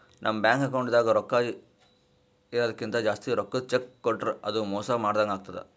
ನಮ್ ಬ್ಯಾಂಕ್ ಅಕೌಂಟ್ದಾಗ್ ರೊಕ್ಕಾ ಇರದಕ್ಕಿಂತ್ ಜಾಸ್ತಿ ರೊಕ್ಕದ್ ಚೆಕ್ಕ್ ಕೊಟ್ರ್ ಅದು ಮೋಸ ಮಾಡದಂಗ್ ಆತದ್